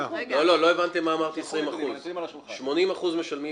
לא הבנתם על מה אמרתי 20%. 80% משלמים